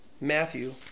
Matthew